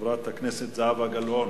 חברת הכנסת זהבה גלאון?